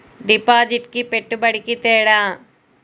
డిపాజిట్కి పెట్టుబడికి తేడా?